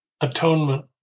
Atonement